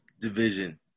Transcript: division